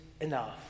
enough